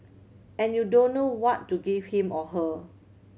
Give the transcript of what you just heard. and you don't know what to give him or her